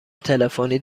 تلفنی